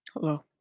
Hello